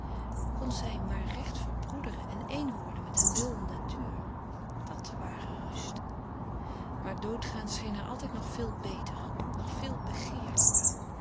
kon zij maar recht verbroederen en één worden met een wilde natuur dat ware rust maar doodgaan scheen haar altijd nog veel beter nog veel